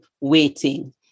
waiting